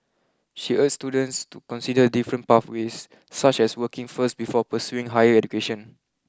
she urges students to consider different pathways such as working first before pursuing higher education